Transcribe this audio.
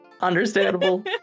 Understandable